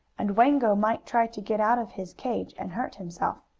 and wango might try to get out of his cage and hurt himself.